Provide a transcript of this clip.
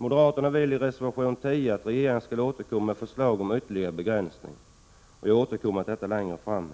Moderaterna vill i reservation 10 att regeringen skall återkomma med förslag om ytterligare begränsning. Jag återkommer till detta längre fram.